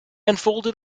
unfolded